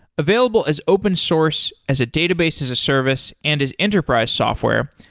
available as open source, as a database, as a service and as enterprise software,